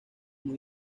muy